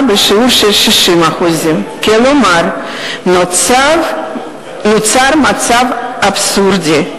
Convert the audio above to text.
בשיעור של 60%. כלומר: נוצר מצב אבסורדי: